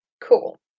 Cool